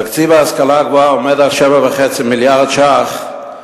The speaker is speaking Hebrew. תקציב ההשכלה הגבוהה עומד על 7.5 מיליארד שקלים,